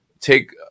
take